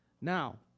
Now